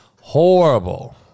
horrible